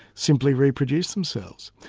simply reproduce themselves.